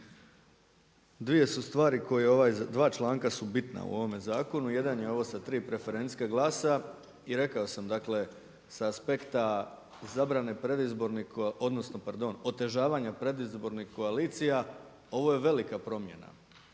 dvije su stvari koje ovaj, dva članka su bitna u ovome zakonu, jedan je ovo sa tri preferencijalna glasa. I rekao sam dakle sa aspekta zabrane, pardon otežavanja predizbornih koalicija ovo je velika promjena.